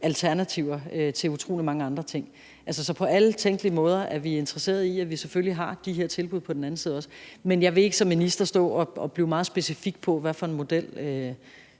alternativer til utrolig mange andre ting. Så på alle tænkelige måder er vi interesserede i, at vi selvfølgelig har de her tilbud på den anden side af krisen også. Men jeg vil ikke stå som minister og blive meget specifik på, hvad for en model